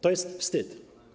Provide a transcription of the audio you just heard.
To jest wstyd.